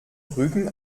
rücken